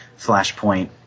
flashpoint